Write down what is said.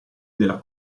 della